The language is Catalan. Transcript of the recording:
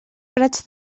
prats